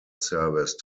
service